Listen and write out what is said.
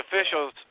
officials